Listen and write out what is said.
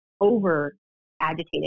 over-agitated